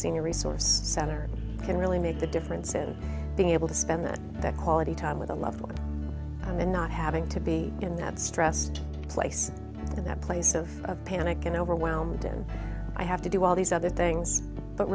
seen a resource center can really make the difference in being able to spend that that quality time with a loved one and then not having to be in that stressed place in that place of panic and overwhelmed and i have to do all these other things but